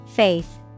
Faith